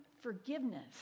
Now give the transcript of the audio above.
forgiveness